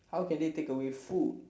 how can they take away food